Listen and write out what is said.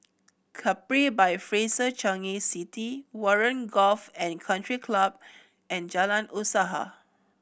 Capri by Fraser Changi City Warren Golf and Country Club and Jalan Usaha